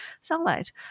sunlight